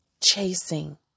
chasing